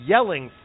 Yelling